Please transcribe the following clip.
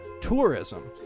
tourism